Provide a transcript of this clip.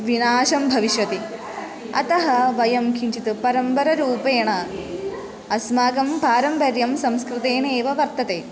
विनाशः भविष्यति अतः वयं किञ्चित् परम्परारूपेण अस्माकं पारम्पर्यं संस्कृतेनैव वर्तते